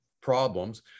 problems